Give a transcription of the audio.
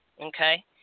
Okay